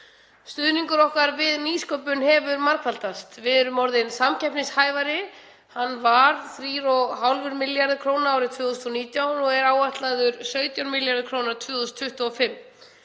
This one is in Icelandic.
Stuðningur okkar við nýsköpun hefur margfaldast og við erum orðin samkeppnishæfari. Hann var 3,5 milljarðar kr. árið 2019 og er áætlaður 17 milljarðar kr. árið 2025.